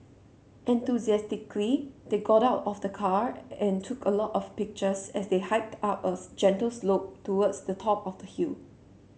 enthusiastically they got out of the car and took a lot of pictures as they hiked up as gentle slope towards the top of the hill